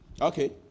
Okay